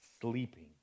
sleeping